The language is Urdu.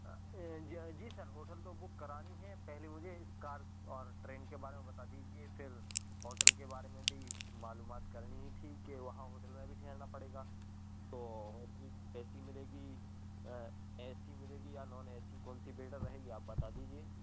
جی ہاں جی سر ہوٹل تو بک کرانی ہے پہلے مجھے اس کار اور ٹرین کے بارے میں بتا دیجیے پھر ہوٹل کے بارے میں بھی معلومات کرنی ہی تھی کہ وہاں ہوٹل میں بھی ٹھہرنا پڑے گا تو ہوٹل کیسی ملے گی اے سی ملے گی یا نان اے سی کون سی بیٹر رہے گی یہ آپ بتا دیجیے